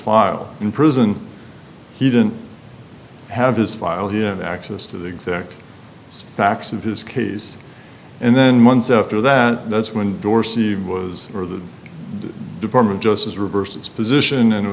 file in prison he didn't have his file him access to the exact facts of his case and then months after that that's when dorsey was for the department justice reversed its position and it